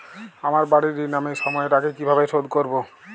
আমার বাড়ীর ঋণ আমি সময়ের আগেই কিভাবে শোধ করবো?